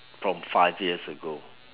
from five years ago